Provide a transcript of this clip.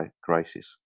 crisis